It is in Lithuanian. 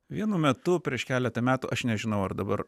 vienu metu prieš keletą metų aš nežinau ar dabar